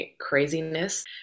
craziness